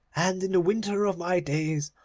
and in the winter of my days,